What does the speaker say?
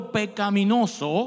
pecaminoso